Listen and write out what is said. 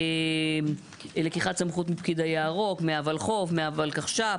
לקיחת סמכות מפקיד היערות, מהולחו"ף, מהולקחש"פ.